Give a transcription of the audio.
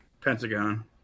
Pentagon